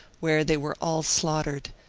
where they were all slaughtered,